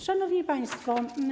Szanownymi Państwo!